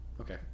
okay